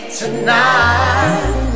tonight